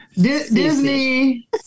Disney